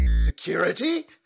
Security